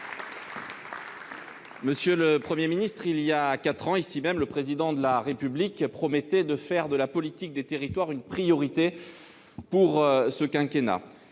Monsieur le Premier ministre, il y a quatre ans, ici même, le Président de la République promettait de faire de la politique des territoires une priorité pour ce quinquennat.